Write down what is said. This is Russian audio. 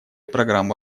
программу